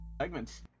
Segments